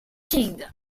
kingdom